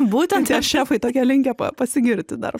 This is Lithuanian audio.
būtent tie šefai tokie linkę pasigirti dar